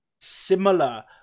similar